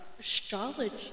Astrology